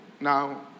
now